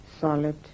solid